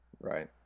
Right